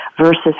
versus